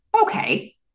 Okay